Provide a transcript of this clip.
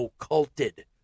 occulted